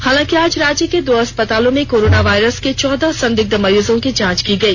हालांकि आज राज्य के दो अस्पतालों में कोरोना वायरस के चौदह संदिग्ध मरीजों की जांच की गई